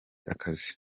akazi